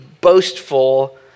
boastful